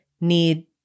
need